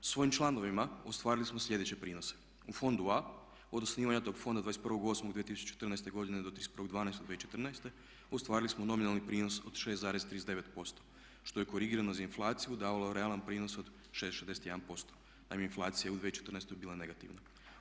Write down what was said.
Svojim članovima ostvarili smo slijedeće prinose u fondu A od osnivanja tog fonda 21.8.2014. godine do 31.12.2014. ustvari smo nominalni prinos od 6,39% što je korigirano za inflaciju davalo realan prinos od 6,61%, naime inflacija je u 2014. bila negativna.